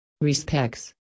respects